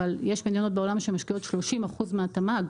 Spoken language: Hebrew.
אבל יש מדינות בעולם שמשקיעות 30% מהתמ"ג